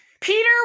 Peter